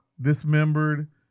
dismembered